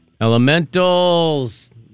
Elementals